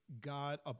God